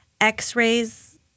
x-rays